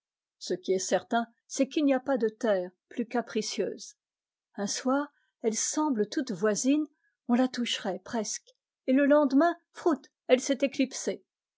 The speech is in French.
ce qui est certain c est qu'il n'y a pas de terre plus capricieuse un soir elle semble toute voisine on la toucherait presque et le lendemain froutt elle s'est éclipsée